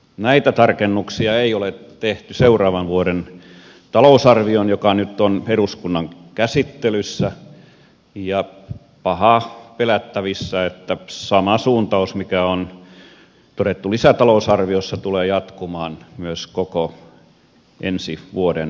näitä tarkennuksia ei ole tehty seuraavan vuoden talousarvioon joka nyt on eduskunnan käsittelyssä ja on pahaa pelättävissä että sama suuntaus mikä on todettu lisätalousarviossa tulee jatkumaan myös koko ensi vuoden ajan